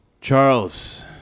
Charles